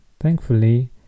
Thankfully